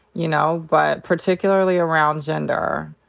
you know, but particularly around gender.